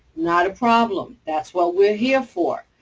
not a problem. that's what we're here for.